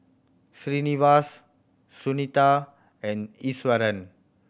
Srinivasa Sunita and Iswaran